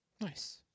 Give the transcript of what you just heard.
Nice